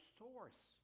source